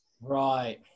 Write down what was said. Right